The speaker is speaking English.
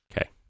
okay